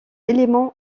élément